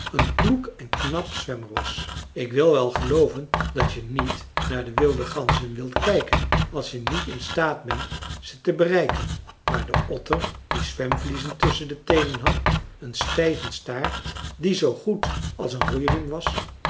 een kloek en knap zwemmer was ik wil wel gelooven dat je niet naar de wilde ganzen wilt kijken als je niet in staat bent ze te bereiken maar de otter die zwemvliezen tusschen de teenen had een stijven staart die zoo goed als een roeiriem was